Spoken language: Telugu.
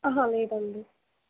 లేదు అండి